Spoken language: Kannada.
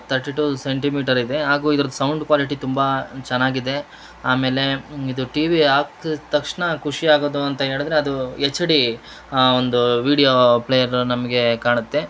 ತರ್ಟಿಟು ಸೆಂಟಿಮೀಟರ್ ಇದೆ ಹಾಗೂ ಇದ್ರದ್ದು ಸೌಂಡ್ ಕ್ವಾಲಿಟಿ ತುಂಬಾ ಚೆನ್ನಾಗಿದೆ ಆಮೇಲೆ ಇದು ಟಿವಿ ಹಾಕಿದ ತಕ್ಷಣ ಖುಷಿ ಆಗೋದು ಅಂತ ಹೇಳದರೆ ಅದು ಎಚ್ ಡಿ ಒಂದು ವೀಡಿಯೋ ಪ್ಲೇಯರ್ ನಮಗೆ ಕಾಣುತ್ತೆ